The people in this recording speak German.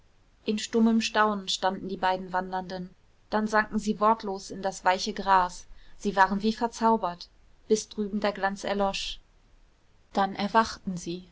in stummem staunen standen die beiden wandernden dann sanken sie wortlos in das weiche gras sie waren wie verzaubert bis drüben der glanz erlosch dann erwachten sie